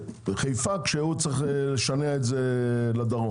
בחיפה כשהוא צריך לשנע את זה לדרום.